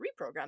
reprogram